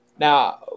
Now